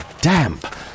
damp